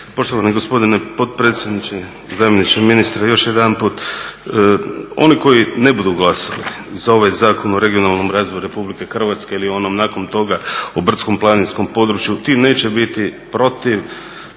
Poštovani gospodine potpredsjedniče, zamjeniče ministra još jedanput. Oni koji ne budu glasali za ovaj Zakon o regionalnom razvoju Republike Hrvatske ili onom nakon toga o brdsko-planinskom području ti neće biti protiv